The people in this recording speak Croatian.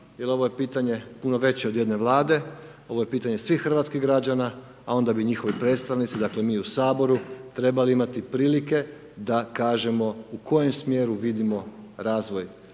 jer ovo je pitanje puno veće od jedne Vlade, ovo je pitanje svih hrvatskih građana a onda bi njihovi predstavnici, dakle mi u Saboru trebali imati prilike da kažemo u kojem smjeru vidimo razvoj